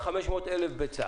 מכסה היא של 500,000 ביצים,